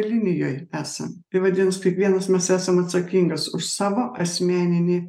linijoj esam tai vadinas kiekvienas mes esam atsakingas už savo asmeninį